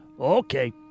Okay